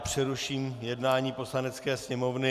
Přeruším jednání Poslanecké sněmovny.